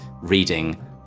reading